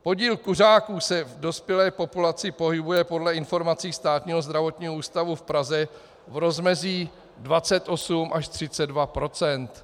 Podíl kuřáků se v dospělé populaci pohybuje podle informací Státního zdravotního ústavu v Praze v rozmezí 28 až 32 %.